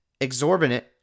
exorbitant